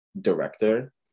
director